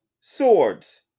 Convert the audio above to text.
swords